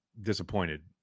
disappointed